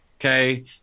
okay